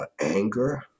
anger